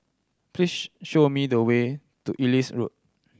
please show me the way to Ellis Road